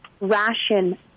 ration